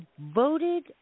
voted